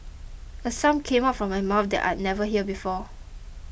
a sound came out of my mouth that I'd never heard before